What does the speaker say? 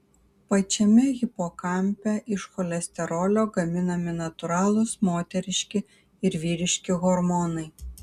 pačiame hipokampe iš cholesterolio gaminami natūralūs moteriški ir vyriški hormonai